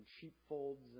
sheepfolds